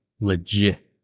legit